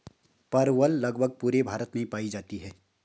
परवल लगभग पूरे भारत में पाई जाती है